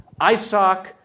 ISOC